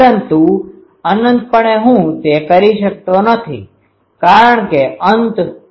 પરંતુ અનંતપણે હું તે કરી શકતો નથી કારણકે અંત 0